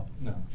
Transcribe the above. no